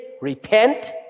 repent